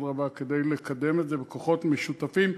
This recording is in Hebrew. כדי לקדם את זה בכוחות משותפים.